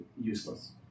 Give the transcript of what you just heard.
Useless